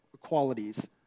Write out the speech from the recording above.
qualities